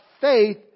faith